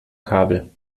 kabel